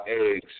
eggs